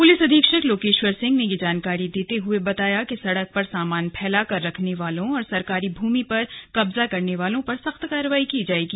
police अधीक्षक लोकेश्वर सिंह ने यह जानकारी देते हुए बताया कि सड़क पर सामान फैलाकर रखने वालों और सरकारी भूमि पर कब्जा करने वालों पर सख्त कार्रवाई की जाएगी